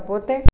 పోతే